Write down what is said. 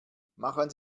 machen